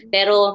Pero